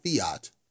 fiat